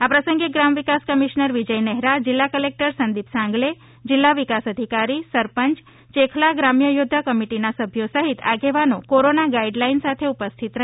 આ પ્રસંગે ગ્રામવિકાસ કમિશનર વિજય નહેરા જિલ્લા કલેકટર સંદીપ સાંગલે જિલ્લા વિકાસ અધિકારી સરપંચ ચેખલા ગ્રામ્ય યોદ્ધા કમિટીના સભ્યો સહિત આગેવાનો કોરોના ગાઇડલાઇન સાથે ઉપસ્થિત રહ્યા હતા